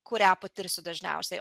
kurią patirsiu dažniausiai